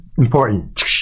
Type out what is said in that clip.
important